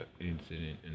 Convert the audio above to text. incident